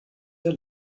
der